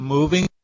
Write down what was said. moving